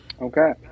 Okay